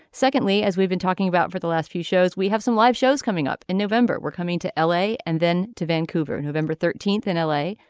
secondly as we've been talking about for the last few shows we have some live shows coming up in november. we're coming to l a. and then to vancouver and november thirteenth in l a.